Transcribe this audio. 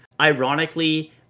ironically